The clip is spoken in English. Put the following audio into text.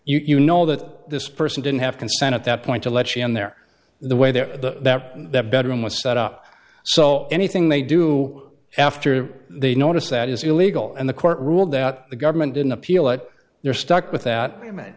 know that this person didn't have consent at that point to let you in there the way that that bedroom was set up so anything they do after they notice that is illegal and the court ruled that the government didn't appeal it you're stuck with that